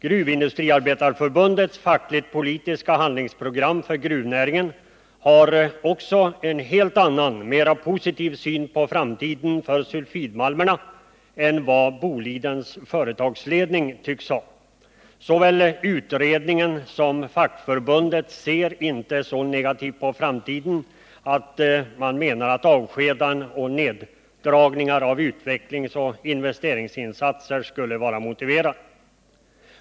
Gruvindustriarbetareförbundets fackligtpolitiska handlingsprogram för gruvnäringen har en helt annan och mycket mera positiv syn på framtiden för sulfidmalmerna än vad Bolidens företagsledning tycks ha. Både utredningen och fackförbundet ser mindre negativt på framtiden; man menar att avskedanden och neddragningar av utvecklingsoch investeringsinsatser inte är motiverade.